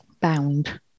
Bound